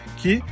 que